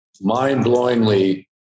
mind-blowingly